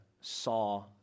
saw